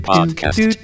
Podcast